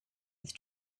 with